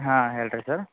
ಹಾಂ ಹೇಳಿರಿ ಸರ್